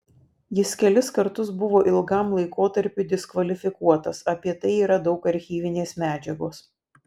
jis kelis kartus buvo ilgam laikotarpiui diskvalifikuotas apie tai yra daug archyvinės medžiagos